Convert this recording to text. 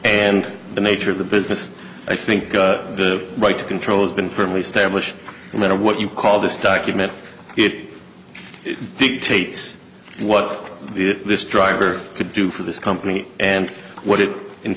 and the nature of the business i think the right to control has been firmly established and then of what you call this document it dictates what this driver could do for this company and what it in